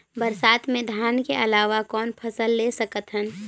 बरसात मे धान के अलावा कौन फसल ले सकत हन?